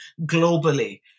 globally